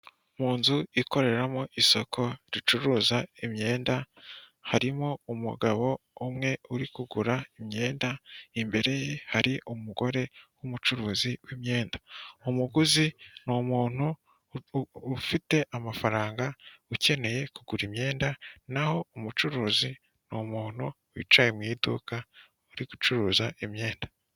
Mu nzu ikoreramo isoko ricuruza imyenda, harimo umugabo umwe uri kugura imyenda, imbere ye hari umugore w'umucuruzi w'imyenda. Umuguzi ni umuntu ufite amafaranga ukeneye kugura imyenda naho umucuruzi ni umuntu wicaye mu iduka uri gucuruza imyenda.